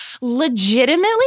Legitimately